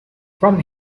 from